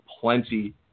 plenty